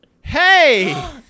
Hey